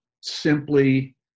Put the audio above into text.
simply